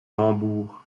hambourg